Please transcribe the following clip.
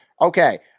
Okay